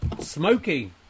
smoky